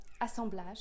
Assemblage